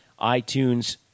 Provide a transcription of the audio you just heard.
iTunes